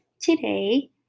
today